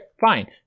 fine